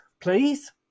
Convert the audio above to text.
please